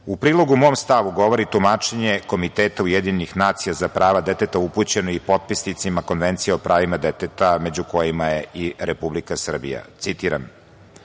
prilogu, mog stava, govori tumačenje komiteta UN za prava deteta, upućeno i potpisnicima Konvencije o pravima deteta, među kojima je i Republika Srbija. Citiram